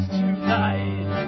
tonight